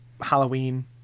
Halloween